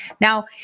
Now